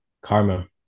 Karma